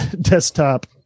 desktop